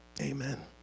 Amen